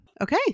okay